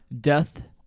Death